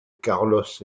carlos